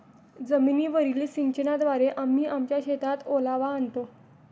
जमीनीवरील सिंचनाद्वारे आम्ही आमच्या शेतात ओलावा आणतो